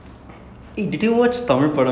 damn nice and